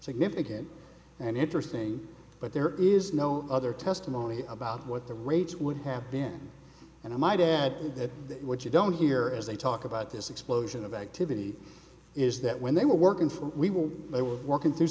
significant and interesting but there is no other testimony about what the rates would have been and i might add that what you don't hear is they talk about this explosion of activity is that when they were working for we will they were working to